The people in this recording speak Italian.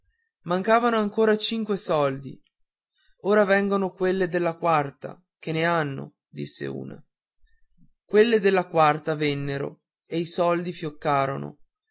mancavano ancora cinque soldi ora vengono quelle della quarta che ne hanno disse una quelle della quarta vennero e i soldi fioccarono